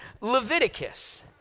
Leviticus